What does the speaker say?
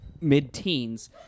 mid-teens